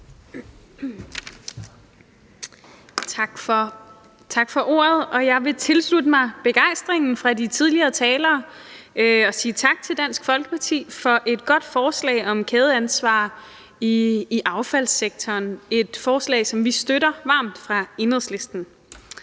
Tak for ordet. Jeg vil tilslutte mig begejstringen hos de tidligere talere og sige tak til Dansk Folkeparti for et godt forslag om kædeansvar i affaldssektoren, et forslag, som vi støtter varmt fra Enhedslistens